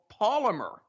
Polymer